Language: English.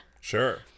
Sure